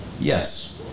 Yes